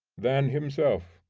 than himself.